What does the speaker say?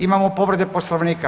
Imamo povrede Poslovnika.